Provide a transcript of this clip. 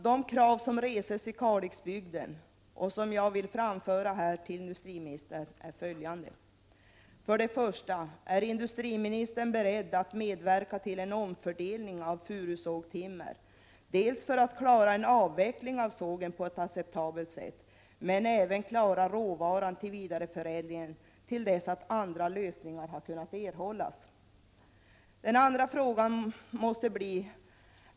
De krav som reses i Kalixbygden och som jag vill framföra här till industriministern är följande: 1. Är industriministern beredd att medverka till en omfördelning av furusågtimmer, dels för att klara en avveckling av sågen på ett acceptabelt sätt, dels för att klara råvaran till vidareförädlingen, till dess att andra lösningar kunnat erhållas? 2.